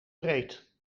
breed